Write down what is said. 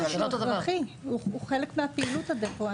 הוא חלק מהפעילות, הדפו.